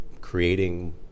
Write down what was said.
creating